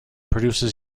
produces